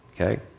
Okay